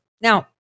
Now